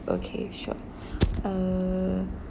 okay sure uh